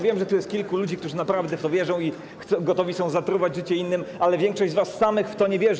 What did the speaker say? Wiem, że tu jest kilku ludzi, którzy naprawdę w to wierzą i gotowi są zatruwać życie innym, ale większość z was sama w to nie wierzy.